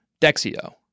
Dexio